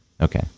Okay